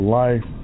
life